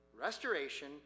restoration